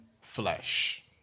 flesh